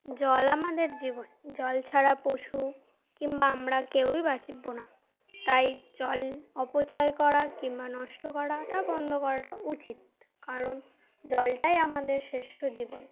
জল আমাদের জীবন জল ছাড়া পশু কিংবা আমরা কেউই বাঁচব না তাই জল অপচয় করা কিংবা নষ্ট করাটা বন্ধ করাটা উচিত কারণ জলটাই আমাদের শ্রেষ্ঠ জীবন